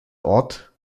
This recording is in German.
ort